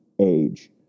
age